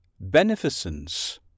beneficence